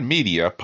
Media